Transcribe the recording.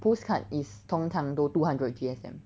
postcard is 通常都 two hundred G_S_M